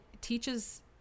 teaches